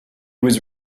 was